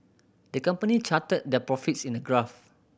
the company charted their profits in a graph